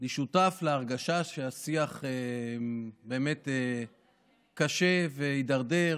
אני שותף להרגשה שהשיח קשה והידרדר,